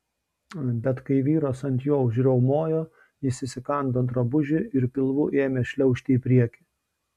bet kai vyras ant jo užriaumojo jis įsikando drabužį ir pilvu ėmė šliaužti į priekį